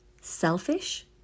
selfish